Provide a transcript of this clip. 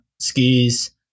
skis